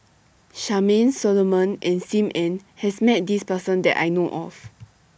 Charmaine Solomon and SIM Ann has Met This Person that I know of